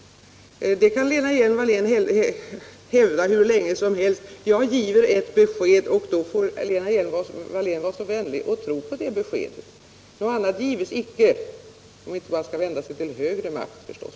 Det kan Lena Hjelm-Wallén hävda hur länge som helst. Jag ger mitt besked och så får hon vara vänlig och tro på det. Något annat gives icke, om man inte skall vända sig till högre makt, förstås.